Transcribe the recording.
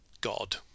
God